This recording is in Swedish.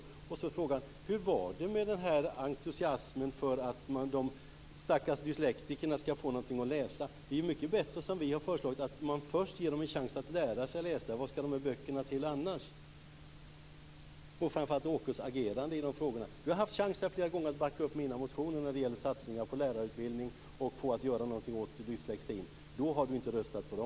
Hur var det med entusiasmen för att de stackars dyslektikerna skall få något att läsa? Det är bättre som vi har föreslagit, nämligen att de får först en chans att lära sig att läsa. Vad skall de annars med böckerna till? Sedan har vi Åke Gustavssons agerande i frågorna. Han har flera gånger haft chansen att backa upp mina motioner om satsningar på lärarutbildning och dyslexi. Han har inte röstat på dem.